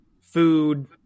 food